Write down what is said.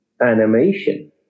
animation